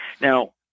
Now